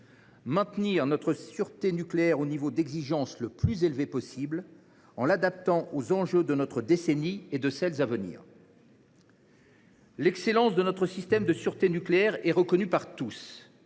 maintenir notre sûreté nucléaire au niveau d’exigence le plus élevé possible, en l’adaptant aux enjeux de notre décennie et de celles à venir. L’excellence de notre système de sûreté nucléaire est reconnue par tous.